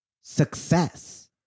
success